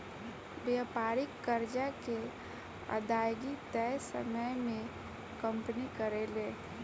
व्यापारिक कर्जा के अदायगी तय समय में कंपनी करेले